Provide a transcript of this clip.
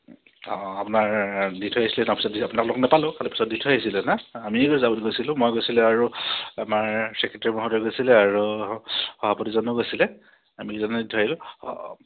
অঁ আপোনাৰ দি থৈ আহিছিলে তাৰ পিছত আপোনাক লগ নাপালোঁ অফিচত দি থৈ আহিছিলে ন আমি যাব বুলি গৈছিলোঁ মই গৈছিলে আৰু আমাৰ চেক্ৰেটৰী মহোদয় গৈছিলে আৰু সভাপতিজনো গৈছিলে আমি কেইজনে দি থৈ আহিলোঁ অঁ